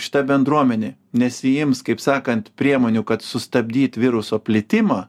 šita bendruomenė nesiims kaip sakant priemonių kad sustabdyt viruso plitimą